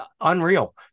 unreal